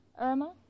Irma